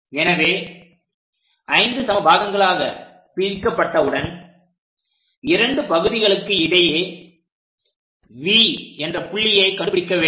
எனவே 5 சம பாகங்களாக பிரிக்கப்பட்டவுடன் இரண்டு பகுதிகளுக்கு இடையே V என்ற புள்ளியை கண்டுபிடிக்க வேண்டும்